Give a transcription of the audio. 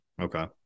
Okay